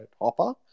Hopper